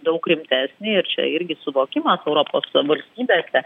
daug rimtesni ir čia irgi suvokimas europos valstybėse